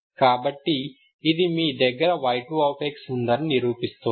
కాబట్టి ఇది మీ దగ్గర y2 ఉందని నిరూపిస్తోంది